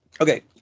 okay